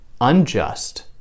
unjust